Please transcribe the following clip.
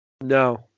No